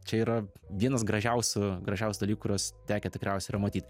čia yra vienas gražiausių gražiausių dalykų kuriuos tekę tikriausiai yra matyt